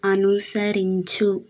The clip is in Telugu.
అనుసరించు